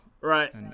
Right